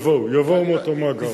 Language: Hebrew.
יבואו מאותו מאגר.